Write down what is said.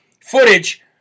footage